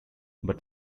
but